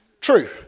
true